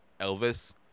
Elvis